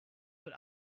but